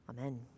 Amen